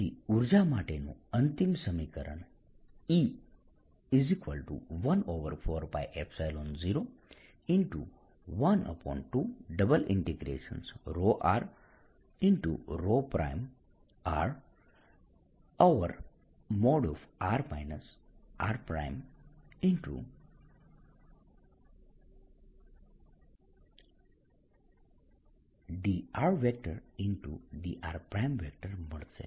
તેથી ઊર્જા માટેનું અંતિમ સમીકરણ E14π012 ∬r ρr|r r| dr dr મળશે